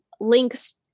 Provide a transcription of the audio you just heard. links